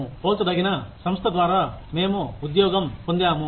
పోల్చదగిన సంస్థ ద్వారా మేము ఉద్యోగం పొందాము